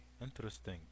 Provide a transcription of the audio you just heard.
interesting